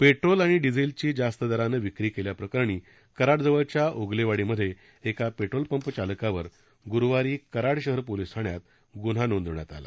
petrol आणि डिजेलची जास्त दराने विक्री केल्या प्रकरणी कराड जवळच्या ओगलेवाडी मध्ये एका पेट्रोल पंप चालकावर ग्रुवारी कराड शहर पोलीस ठाण्यात ग्न्हा नोंदविण्यात आला